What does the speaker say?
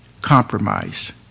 Compromise